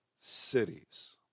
cities